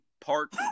park